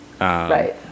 Right